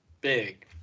big